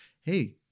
Hey